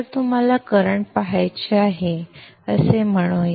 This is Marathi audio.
तर तुम्हाला करंट पहायचे आहे असे म्हणूया